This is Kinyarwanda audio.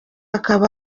akaba